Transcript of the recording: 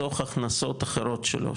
מתוך הכנסות אחרות שלו,